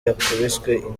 yakubiswe